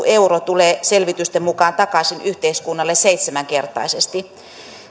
euro tulee selvitysten mukaan takaisin yhteiskunnalle seitsemänkertaisesti